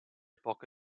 poche